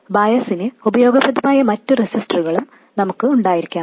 കൂടാതെ ബയാസിന് ഉപയോഗപ്രദമായ മറ്റ് റെസിസ്റ്ററുകളും നമുക്ക് ഉണ്ടായിരിക്കാം